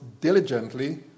diligently